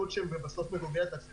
עלות שממומנת על ידי הציבור?